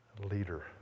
leader